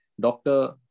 doctor